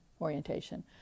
orientation